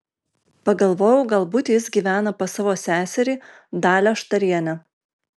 pagalvojau galbūt jis gyvena pas savo seserį dalią štarienę